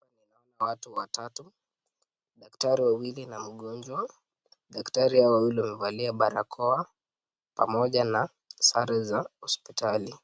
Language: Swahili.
Hapa ninaona watu watatu, daktari wawili na mgonjwa, daktari hawa wawili wamevalia barakoa pamoja na sare za hosiptali,